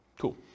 Cool